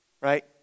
Right